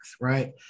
right